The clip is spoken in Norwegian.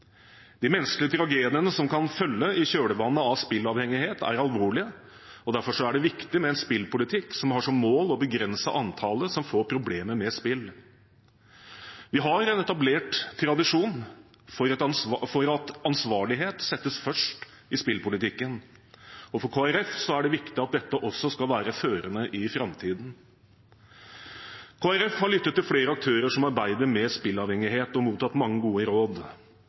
De menneskelige tragediene som kan følge i kjølvannet av spillavhengighet, er alvorlige, og derfor er det viktig med en spillpolitikk som har som mål å begrense antallet som får problemer med spill. Vi har en etablert tradisjon for at ansvarlighet settes først i spillpolitikken, og for Kristelig Folkeparti er det viktig at dette også skal være førende i framtiden. Kristelig Folkeparti har lyttet til flere aktører som arbeider med spillavhengighet, og har mottatt mange gode råd.